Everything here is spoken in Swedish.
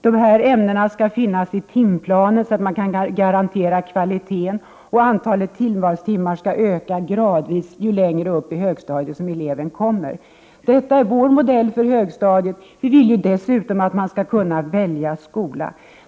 Dessa ämnen skall finnas i timplanen så att man kan garantera kvaliteten på undervisningen. Antalet tillvalstimmar skall öka gradvis ju längre upp på högstadiet som eleven kommer. Detta är vår modell för högstadiet. Vi vill dessutom att man skall kunna välja skola.